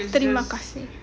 terima kasih